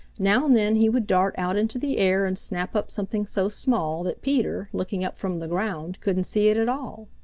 now and then he would dart out into the air and snap up something so small that peter, looking up from the ground, couldn't see it at all.